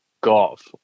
golf